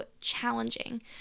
challenging